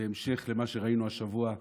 ובהמשך במה שראינו השבוע,